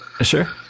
Sure